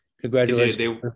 congratulations